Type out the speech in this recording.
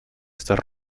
estas